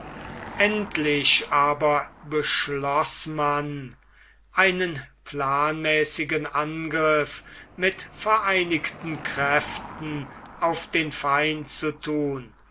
endlich aber beschloß man einen planmäßigen angriff mit vereinigten kräften auf den feind zu thun